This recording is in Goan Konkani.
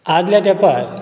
आदल्या तेंपार